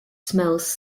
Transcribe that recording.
smells